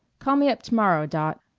call me up to-morrow, dot,